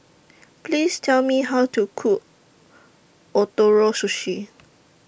Please Tell Me How to Cook Ootoro Sushi